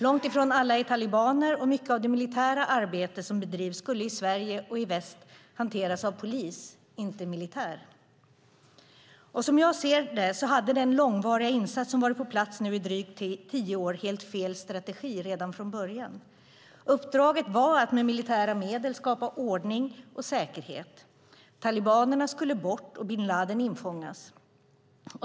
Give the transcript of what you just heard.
Långt ifrån alla är talibaner, och mycket av det militära arbete som bedrivs skulle i Sverige och i väst ha hanterats av polis, inte militär. Som jag ser det hade den långvariga militära insats som nu har varit på plats i drygt tio år helt fel strategi redan från början. Uppdraget var att med militära medel skapa ordning och säkerhet. Talibanerna skulle bort och bin Ladin infångas.